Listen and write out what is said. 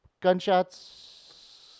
gunshots